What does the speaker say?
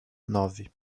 nove